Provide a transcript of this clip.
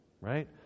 right